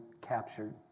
captured